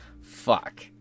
fuck